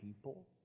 people